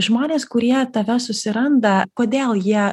žmonės kurie tave susiranda kodėl jie